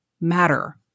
matter